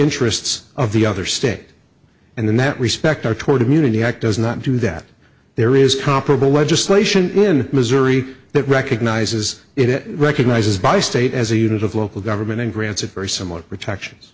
interests of the other state and that respect or toward immunity act does not do that there is comparable legislation in missouri that recognizes it recognizes by state as a unit of local government and grants a very similar protections